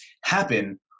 happen